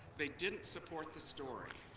they didn't support the story.